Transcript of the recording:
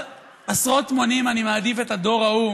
אבל עשרות מונים אני מעדיף את הדור ההוא,